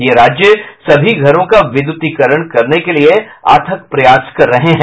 ये राज्य सभी घरों का विद्युतीकरण करने के लिए अथक प्रयास कर रहे हैं